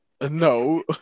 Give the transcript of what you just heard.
No